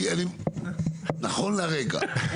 נכון לעכשיו.